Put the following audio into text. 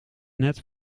net